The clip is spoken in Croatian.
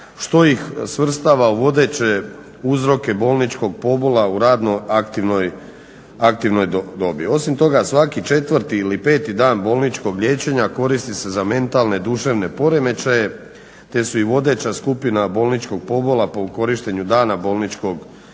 što ih svrstava u vodeće uzroke bolničkog pobola u radnoj aktivnoj dobi. Osim toga svaki 4. ili 5. dan bolničkog liječenja koristi se za mentalne, duševne poremećaje te su i vodeća skupina bolničkog pobola po korištenju dana bolničkog liječenja.